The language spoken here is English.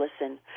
listen